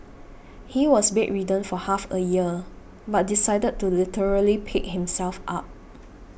he was bedridden for half a year but decided to literally pick himself up